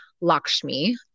Lakshmi